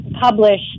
published